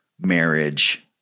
marriage